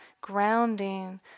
grounding